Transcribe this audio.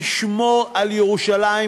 לשמור על ירושלים,